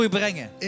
brengen